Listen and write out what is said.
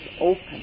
open